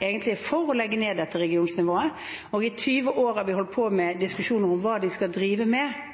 egentlig er for å legge ned dette regionsnivået. I 20 år har vi holdt på med diskusjoner om hva de skal drive med.